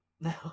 No